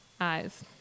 eyes